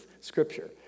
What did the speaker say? Scripture